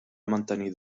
mantenir